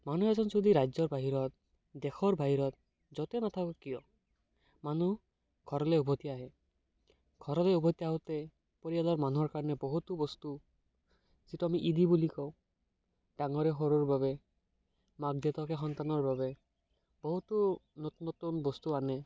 মানুহ এজন যদি ৰাজ্যৰ বাহিৰত দেশৰ বাহিৰত য'তেই নাথাকক কিয় মানুহ ঘৰলৈ উভতি আহে ঘৰলৈ উভতি আহোঁতে পৰিয়ালৰ মানুহৰ কাৰণে বহুতো বস্তু যিটো আমি ঈদি বুলি কওঁ ডাঙৰে সৰুৰ বাবে মাক দেউতাকে সন্তানৰ বাবে বহুতো নতুন নতুন বস্তু আনে